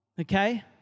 okay